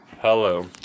hello